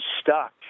stuck